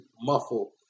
muffle